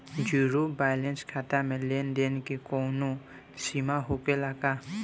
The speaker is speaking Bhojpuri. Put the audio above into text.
जीरो बैलेंस खाता में लेन देन के कवनो सीमा होखे ला का?